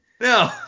no